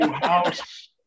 house